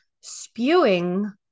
spewing